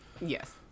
Yes